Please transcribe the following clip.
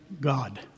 God